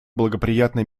благоприятные